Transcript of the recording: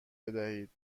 بدهید